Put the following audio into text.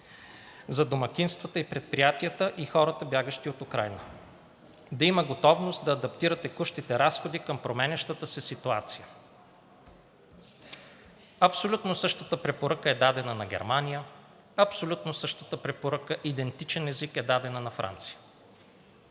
за домакинствата и предприятията, и хората, бягащи от Украйна. Да има готовност да адаптира текущите разходи към променящата се ситуация.“ Абсолютно същата препоръка е дадена на Германия. Абсолютно същата препоръка, идентичен език, е дадена на Франция.